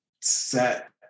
set